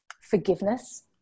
forgiveness